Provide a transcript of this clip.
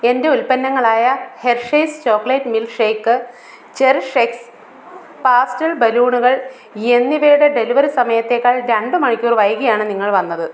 എന്റെ ഉൽപ്പന്നങ്ങളായ Hershey's chocolate milk shake ചെറിഷെ എക്സ് പാസ്റ്റൽ ബലൂണുകൾ എന്നിവയുടെ ഡെലിവറി സമയത്തേക്കാൾ രണ്ട് മണിക്കൂർ വൈകിയാണ് നിങ്ങൾ വന്നത്